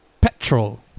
Petrol